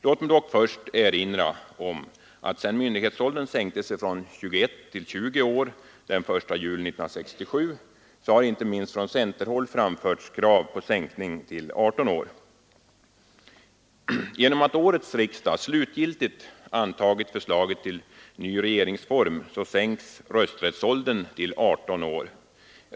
Låt mig dock först erinra om att sedan myndighetsåldern sänktes från 21 till 20 år den 1 juli 1969 har inte minst från centerhåll framförts krav på sänkning till 18 år. Genom att årets riksdag slutligt antagit förslaget till ny regeringsform sänks rösträttsåldern till 18 år.